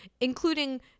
including